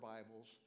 Bibles